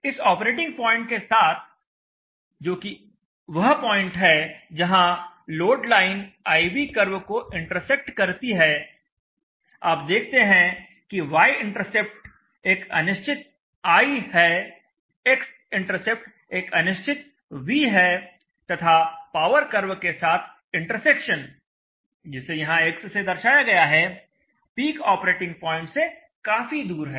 इस operating point के साथ जो कि वह पॉइंट है जहां load line I V curve को इंटेरसेक्ट करती है आप देखते हैं कि y इंटरसेप्ट एक अनिश्चित I है x इंटरसेप्ट एक अनिश्चित V है तथा पावर कर्व के साथ इंटरसेक्शन जिसे यहां X से दर्शाया गया है पीक ऑपरेटिंग पॉइंट से काफी दूर है